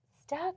stuck